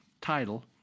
Title